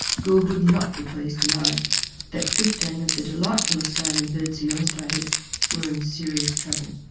gould would not be pleased to know that fifteen of the delightful australian birds he illustrated were in serious trouble.